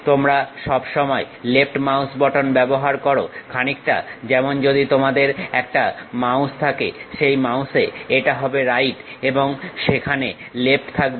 তোমরা সব সময় লেফট মাউস বাটন ব্যবহার করো খানিকটা যেমন যদি তোমাদের একটা মাউস থাকে সেই মাউসে এটা হবে রাইট এবং সেখানে লেফটটা থাকবে